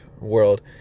world